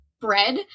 bread